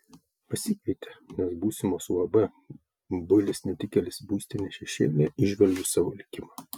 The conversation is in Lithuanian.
pasikeitė nes būsimos uab builis netikėlis būstinės šešėlyje įžvelgiu savo likimą